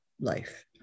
life